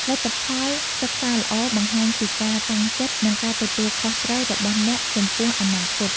លទ្ធផលសិក្សាល្អបង្ហាញពីការតាំងចិត្ត និងការទទួលខុសត្រូវរបស់អ្នកចំពោះអនាគត។